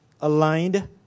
aligned